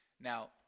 Now